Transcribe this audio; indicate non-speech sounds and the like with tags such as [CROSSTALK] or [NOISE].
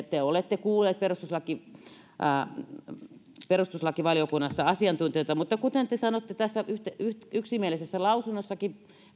[UNINTELLIGIBLE] te olette kuulleet perustuslakivaliokunnassa asiantuntijoita mutta kuten te sanotte tässä yksimielisessä perustuslakivaliokunnan lausunnossakin